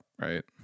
right